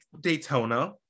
Daytona